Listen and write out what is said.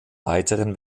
weiteren